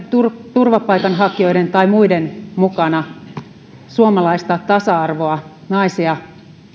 turvapaikanhakijoiden tai muiden mukana suomalaista tasa arvoa ja naisia